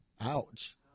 Ouch